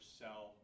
sell